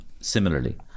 similarly